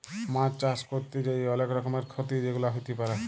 মাছ চাষ ক্যরতে যাঁয়ে অলেক রকমের খ্যতি যেগুলা হ্যতে পারে